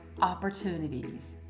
opportunities